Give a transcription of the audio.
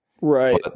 Right